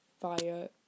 via